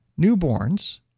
newborns